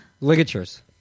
ligatures